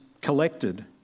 collected